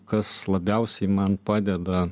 kas labiausiai man padeda